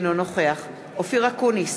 אינו נוכח אופיר אקוניס,